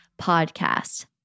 podcast